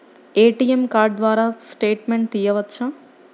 ATM card ద్వారా statement తీయవచ్చా?